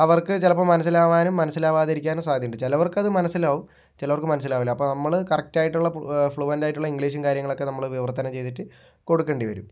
അവർക്ക് ചിലപ്പോൾ മനസ്സിലാവാനും മനസ്സിലാവാതിരിക്കാനും സാധ്യതയുണ്ട് ചിലവർക്ക് അത് മനസ്സിലാവും ചിലവർക്ക് മനസ്സിലാകില്ല അപ്പോൾ നമ്മൾ കറക്ട് ആയിട്ടുള്ള ഫ്ലൂവൻ്റ് ആയിട്ടുള്ള ഇംഗ്ലീഷും കാര്യങ്ങളൊക്കെ നമ്മൾ വിവർത്തനം ചെയ്തിട്ട് കൊടുക്കേണ്ടി വരും